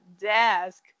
desk